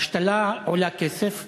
ההשתלה עולה כסף,